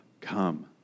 Come